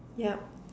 yup